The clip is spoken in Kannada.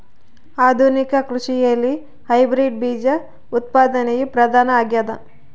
ಆಧುನಿಕ ಕೃಷಿಯಲ್ಲಿ ಹೈಬ್ರಿಡ್ ಬೇಜ ಉತ್ಪಾದನೆಯು ಪ್ರಧಾನ ಆಗ್ಯದ